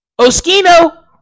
Oskino